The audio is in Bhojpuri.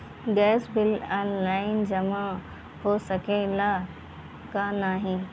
गैस बिल ऑनलाइन जमा हो सकेला का नाहीं?